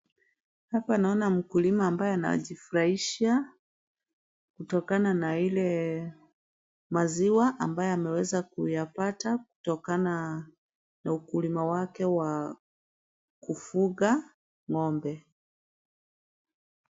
Hapa naona mkulima ambaye anajifurahisha kutokana na ile maziwa ambayo ameweza kuyapata kutokana na ukulima wake wa kufuga ng'ombe.